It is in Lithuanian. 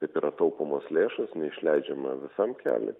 taip yra taupomos lėšos neišleidžiama visam keliui